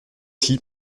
ici